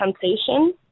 temptation